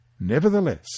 Nevertheless